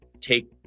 take